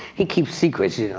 he keeps secrets, yeah